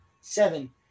seven